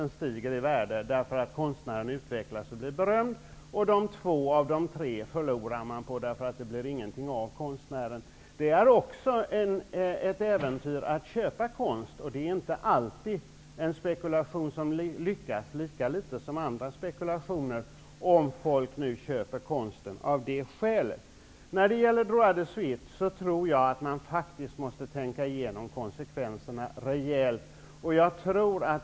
Tavlan stiger i värde, därför att konstnären utvecklas och blir berömd. Två av de tre tavlorna förlorar man på, därför att det inte blir något av konstnärerna. Det är ett äventyr att köpa konst. Det är inte alltid en spekulation som lyckas, lika litet som annan spekulation -- om folk nu köper konst av det skälet. När det gäller droit de suite tror jag att man faktiskt måste tänka igenom konsekvenserna rejält.